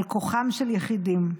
על כוחם של יחידים.